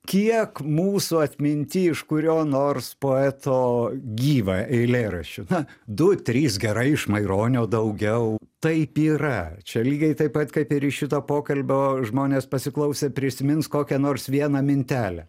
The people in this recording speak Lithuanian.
kiek mūsų atminty iš kurio nors poeto gyvą eilėraščių na du trys gerai iš maironio daugiau taip yra čia lygiai taip pat kaip ir iš šito pokalbio žmonės pasiklausę prisimins kokią nors vieną mintelę